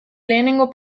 lehenengo